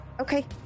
Okay